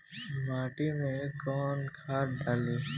माटी में कोउन खाद डाली?